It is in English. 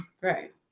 Right